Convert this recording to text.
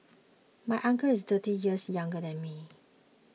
my uncle is thirty years younger than me